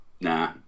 Nah